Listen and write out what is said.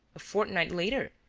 a fortnight later,